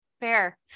Fair